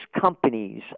companies